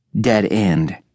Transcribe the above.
dead-end